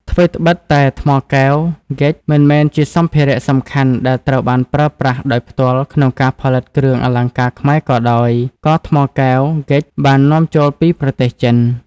ថ្វីត្បិតតែថ្មកែវ (ហ្គិច) មិនមែនជាសម្ភារៈសំខាន់ដែលត្រូវបានប្រើប្រាស់ដោយផ្ទាល់ក្នុងការផលិតគ្រឿងអលង្ការខ្មែរក៏ដោយ ក៏ថ្មកែវ (ហ្គិច)បាននាំចូលពីប្រទេសចិន។